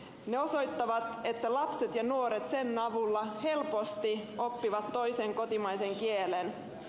ne osoittavat että lapset ja nuoret sen avulla helposti oppivat toisen kotimaisen kielen